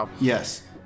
Yes